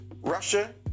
Russia